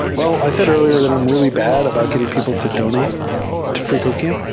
well, i said earlier that i'm really bad about getting people to donate to freecodecam.